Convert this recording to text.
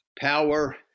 power